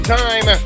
time